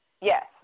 yes